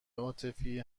عاطفی